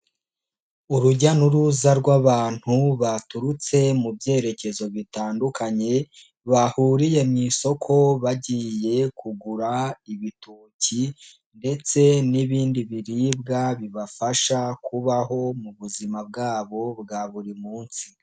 Urujya n'uruza rw'abantu baturutse mu byerekezo bitandukanye, bahuriye mu isoko bagiye kugura ibitoki ndetse n'ibindi biribwa bibafasha kubaho mu buzima bwabo bwa buri munsi.